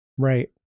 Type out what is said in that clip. Right